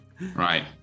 Right